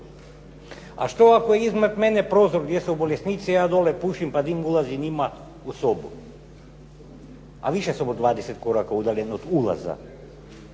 A što je iznad mene prozor gdje su bolesnici, a ja dolje pušim, a njima ulazi dim u sobu? A više sam od 20 koraka udaljen od ulaza.